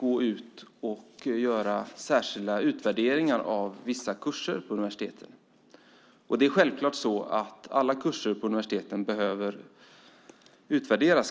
gäller att göra särskilda utvärderingar av vissa kurser på universiteten. Självklart behöver alla kurser på universiteten kontinuerligt utvärderas.